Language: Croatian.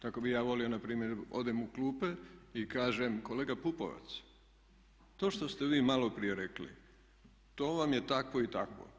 Tako bi ja volio npr. odem u klupe i kažem kolega Pupovac to što ste vi maloprije rekli to vam je takvo i takvo.